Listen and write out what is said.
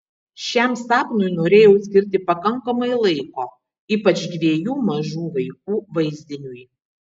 šiam sapnui norėjau skirti pakankamai laiko ypač dviejų mažų vaikų vaizdiniui